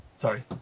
sorry